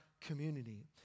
community